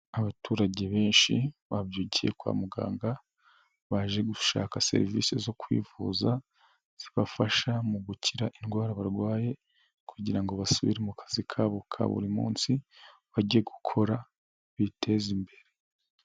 Abaturage benshi babyukiye kwa muganga, baje gushaka serivisi zo kwivuza zibafasha mu gukira indwara barwaye, kugira ngo basubire mu kazi kabo ka buri munsi bajye gukora biteze imbere.